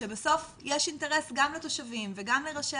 שבסוף יש אינטרס גם לתושבים וגם לראשי